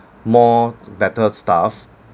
more better stuff